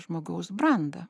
žmogaus brandą